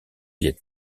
viêt